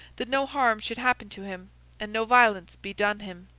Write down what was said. that no harm should happen to him and no violence be done him.